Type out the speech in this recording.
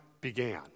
began